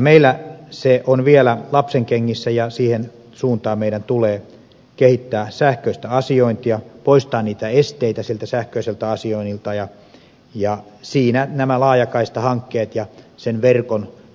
meillä ne ovat vielä lapsenkengissä ja siihen suuntaan meidän tulee kehittää sähköistä asiointia poistaa niitä esteitä siltä sähköiseltä asioinnilta ja siinä nämä laajakaistahankkeet ja sen